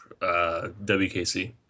WKC